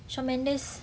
shawn mendes